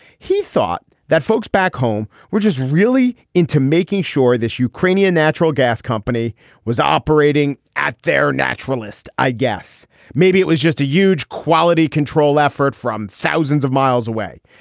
he thought that folks back home. we're just really into making sure this ukrainian natural gas company was operating at their natural list. i guess maybe it was just a huge quality control effort from thousands of miles away.